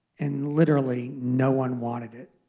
and literally no one wanted it.